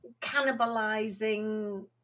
cannibalizing